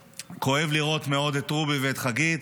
וכואב מאוד לראות את רובי ואת חגית,